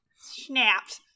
Snapped